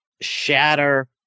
shatter